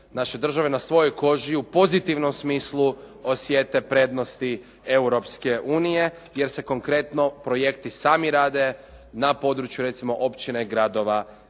naše države na svojoj koži u pozitivnom smislu osjete prednosti EU jer se konkretno projekti sami rade na području recimo općine, gradova